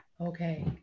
okay